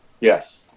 Yes